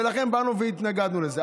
ולכן התנגדנו לזה.